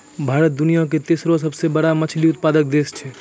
भारत दुनिया के तेसरो सभ से बड़का मछली उत्पादक देश छै